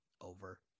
over